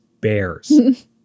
bears